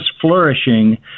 flourishing